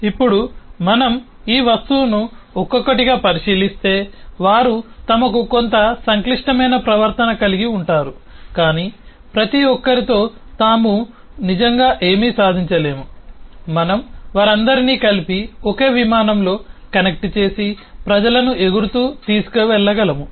ఇప్పుడు మనం ఈ వస్తువును ఒక్కొక్కటిగా పరిశీలిస్తే వారు తమకు కొంత సంక్లిష్టమైన ప్రవర్తన కలిగి ఉంటారు కాని ప్రతి ఒక్కరితో తాము నిజంగా ఏమీ సాధించలేము మనం వారందరినీ కలిపి ఒకే విమానంలో కనెక్ట్ చేసి ప్రజలను ఎగురుతూ తీసుకువెళ్ళగలము